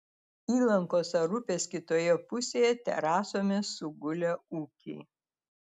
įlankos ar upės kitoje pusėje terasomis sugulę ūkiai